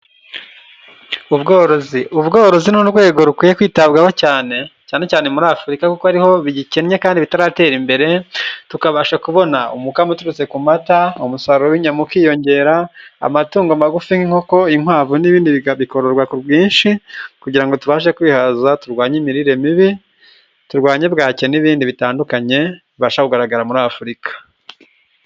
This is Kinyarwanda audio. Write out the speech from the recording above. Ubworozi. Ubworozi ni' urwego rukwiye kwitabwaho cyane, cyane cyane muri afurika, kuko ariho bigikennye kandi bitaratera imbere, tukabasha kubona umukamo uturutse ku mata, umusaruro w'inyama ukiyongera, amatungo magufi n'inkoko, inkwavu n'ibindi bikorwa ku bwinshi kugira ngo tubashe kwihaza turwanye imirire mibi, turwanye bwaki, n'ibindi bitandukanye bibasha kugaragara muri Afurika.